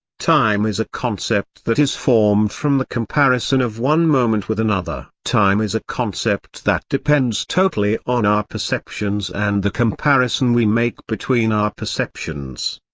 time is a concept that is formed from the comparison of one moment with another time is a concept that depends totally on our perceptions and the comparison we make between our perceptions.